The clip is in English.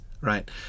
right